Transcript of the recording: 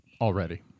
Already